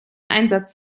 einsatz